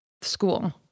school